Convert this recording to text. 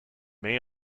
may